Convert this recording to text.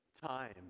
time